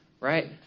right